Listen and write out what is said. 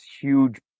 huge